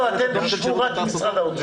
אתם תשבו רק עם האוצר.